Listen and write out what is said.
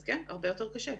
אז כן, הרבה יותר קשה.